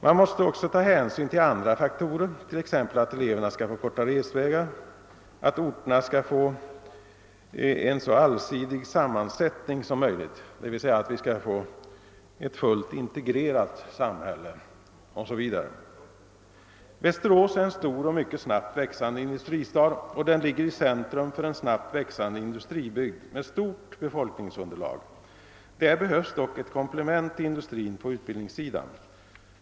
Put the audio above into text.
Man måste också ta hänsyn till andra faktorer, t.ex. att eleverna skall få korta resvägar, att orterna skall få en så allsidig sammansättning som möjligt, d.v.s. att vi skall få ett fullt integrerat samhälle o. s. v. Västerås är en stor och mycket snabbt växande industristad, och den ligger i centrum för en snabbt växande industribygd med stort befolkningsunderlag. Där behövs dock ett komplement till industrin på utbildningssidan.